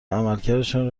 عملکردشان